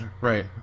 right